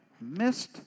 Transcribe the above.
missed